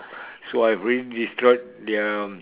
so I've already destroyed their